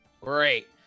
Great